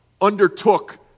undertook